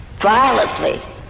violently